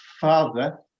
father